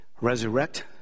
Resurrect